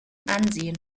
ansehen